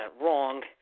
wrong